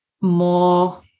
more